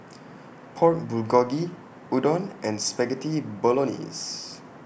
Pork Bulgogi Udon and Spaghetti Bolognese